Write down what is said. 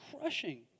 crushing